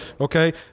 Okay